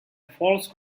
false